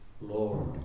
Lord